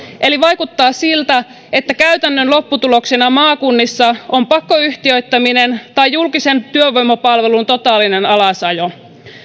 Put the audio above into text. eli vaikuttaa siltä että käytännön lopputuloksena maakunnissa on pakkoyhtiöittäminen tai julkisen työvoimapalvelun totaalinen alasajo